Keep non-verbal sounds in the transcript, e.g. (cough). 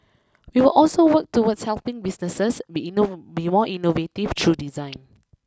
we will also work towards helping businesses be (unintelligible) be more innovative through design